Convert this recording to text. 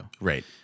Right